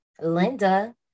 Linda